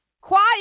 Quiet